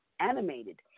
animated